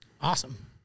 awesome